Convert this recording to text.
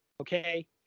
okay